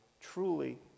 truly